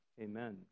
Amen